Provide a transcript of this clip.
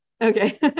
Okay